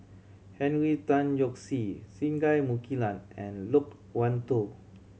Henry Tan Yoke See Singai Mukilan and Loke Wan Tho